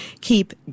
keep